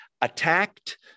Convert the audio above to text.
attacked